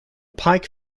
pike